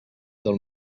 del